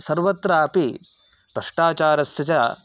सर्वत्रापि भष्टाचारस्य च